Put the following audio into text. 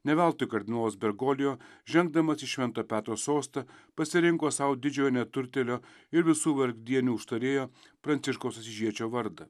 ne veltui kardinolas bergolijo žengdamas į švento petro sostą pasirinko sau didžiojo neturtėlio ir visų vargdienių užtarėjo pranciškaus asyžiečio vardą